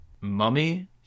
Mummy